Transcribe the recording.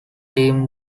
team